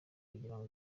kugira